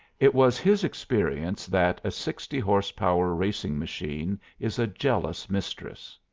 it was his experience that a sixty-horse-power racing-machine is a jealous mistress.